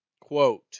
quote